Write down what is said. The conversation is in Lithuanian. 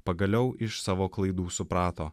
pagaliau iš savo klaidų suprato